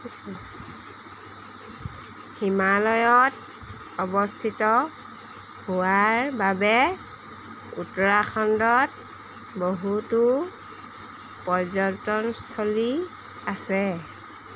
হিমালয়ত অৱস্থিত হোৱাৰ বাবে উত্তৰাখণ্ডত বহুতো পৰ্যটনস্থলী আছে